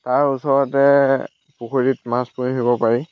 তাৰ ওচৰতে পুখুৰীত মাছ পুহিব পাৰি